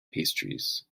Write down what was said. pastries